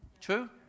True